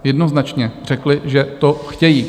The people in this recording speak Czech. Jednoznačně řekli, že to chtějí.